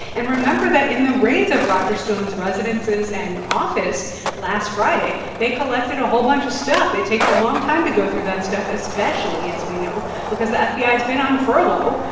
and remember that in the raids of roger stone's residences and office last friday, they collected a whole bunch of stuff. it takes a long time to go through that stuff, especially as we know because the fbi has been on furlough.